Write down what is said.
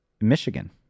Michigan